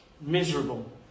miserable